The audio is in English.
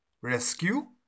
rescue